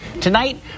Tonight